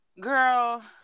girl